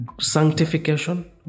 sanctification